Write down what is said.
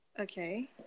Okay